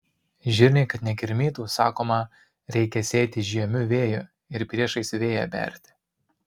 žirniai kad nekirmytų sakoma reikia sėti žiemiu vėju ir priešais vėją berti